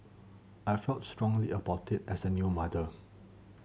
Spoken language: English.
I felt strongly about it as a new mother